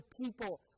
people